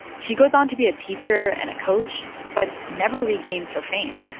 she goes on to be a teacher and a coach but never regains her fame.